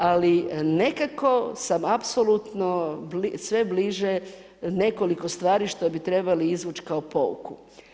Ali, nekako sam apsolutno sve bliže, nekoliko stvari što bi trebali izvući kao pouku.